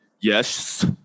Yes